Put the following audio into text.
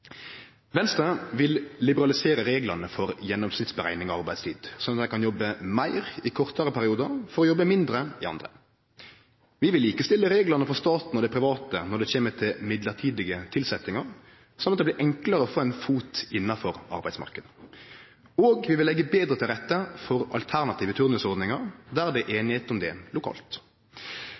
Venstre vil liberalisere reglane for gjennomsnittsberekning av arbeidstid, slik at ein kan jobbe meir i kortare periodar og mindre i andre periodar. Vi vil likestille reglane for staten og dei private når det kjem til mellombelse tilsettingar, slik at det blir enklare å få ein fot innafor arbeidsmarknaden. Vi vil leggje betre til rette for alternative turnusordningar, der det er einigheit om det lokalt.